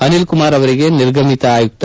ಅನಿಲ್ ಕುಮಾರ್ ಅವರಿಗೆ ನಿರ್ಗಮಿತ ಆಯುಕ್ತ